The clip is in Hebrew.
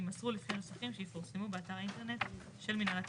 יימסרו לפי הנוסחים שיפורסמו באתר האינטרנט של מינהל התכנון."